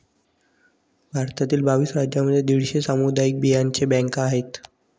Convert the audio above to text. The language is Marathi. भारतातील बावीस राज्यांमध्ये दीडशे सामुदायिक बियांचे बँका आहेत